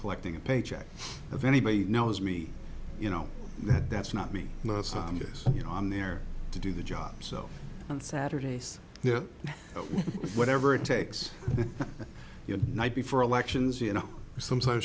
collecting a paycheck if anybody knows me you know that that's not me you know on the air to do the job so on saturdays yeah whatever it takes the night before elections you know sometimes